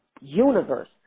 universe